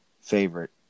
favorite